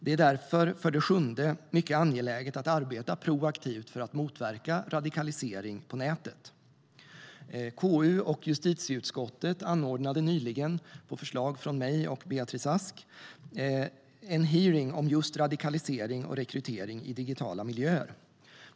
Det är därför för det sjunde mycket angeläget att arbeta proaktivt för att motverka radikalisering på nätet. KU och justitieutskottet anordnade nyligen på förslag från mig och Beatrice Ask en hearing om just radikalisering och rekrytering i digitala miljöer.